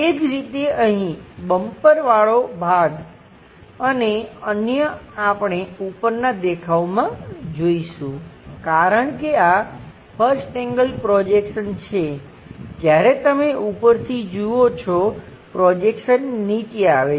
એ જ રીતે અહીં બમ્પરવાળો ભાગ અને અન્ય આપણે ઉપરના દેખાવમાં જોઈશું કારણ કે આ 1st એંગલ પ્રોજેક્શન છે જ્યારે તમે ઉપરથી જુઓ છો પ્રોજેક્શન નીચે આવે છે